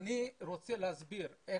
אני רוצה להסביר.